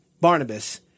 Barnabas